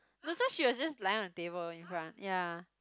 that's why she was just lying on the table in front ya